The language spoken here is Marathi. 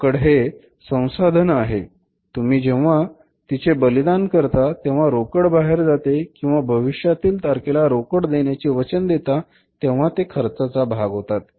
रोकड हे संसाधन आहे तुम्ही जेव्हा तिचे बलिदान करता तेव्हा रोकड बाहेर जाते किंवा भविष्यातील तारखेला रोकड देण्याचे वचन देता तेव्हा ते खर्चाचा भाग होतात